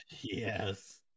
Yes